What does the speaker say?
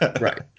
Right